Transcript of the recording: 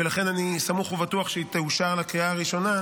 ולכן אני סמוך ובטוח שהיא תאושר לקריאה הראשונה,